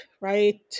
right